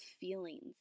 feelings